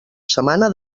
setmana